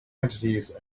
entities